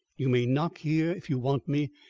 you may knock here if you want me,